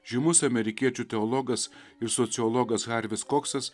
žymus amerikiečių teologas ir sociologas harvis koksas